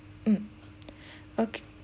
mm okay